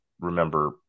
remember